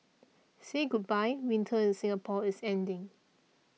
say goodbye winter in Singapore is ending